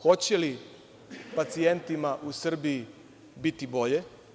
Hoće li pacijentima u Srbiji biti bolje?